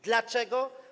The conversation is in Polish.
Dlaczego?